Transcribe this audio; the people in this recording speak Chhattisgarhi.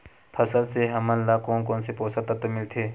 फसल से हमन ला कोन कोन से पोषक तत्व मिलथे?